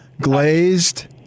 Glazed